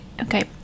okay